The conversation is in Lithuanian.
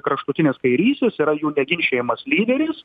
kraštutinis kairysis yra jų neginčijamas lyderis